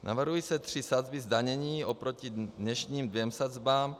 Navrhují se tři sazby zdanění oproti dnešním dvěma sazbám.